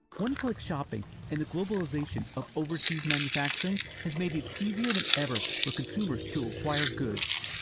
one-click shopping and the globalization of overseas manufacturing has made it easier than ever for consumers to acquire goods.